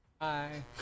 Hi